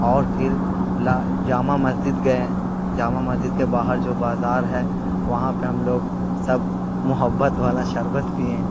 اور پھر لا جامع مسجد گئے جامع مسجد کے باہر جو بازار ہے وہاں پہ ہم لوگ سب محبت والا شربت پیے